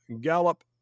gallop